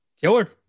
killer